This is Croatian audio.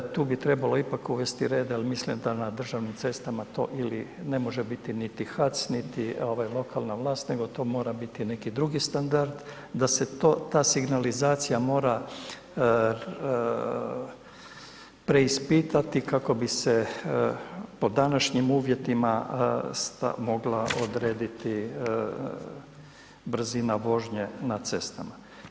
Tu bi ipak trebalo uvesti reda jer mislim da na državnim cestama ili ne može biti niti HAC, niti lokalna vlast nego to mora biti neki drugi standard, da se ta signalizacija mora preispitati kako bi se po današnjim uvjetima mogla odrediti brzina vožnje na cestama.